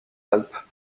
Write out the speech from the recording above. alpes